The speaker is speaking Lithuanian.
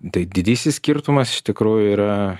tai didysis skirtumas iš tikrųjų yra